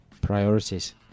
priorities